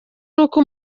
n’uko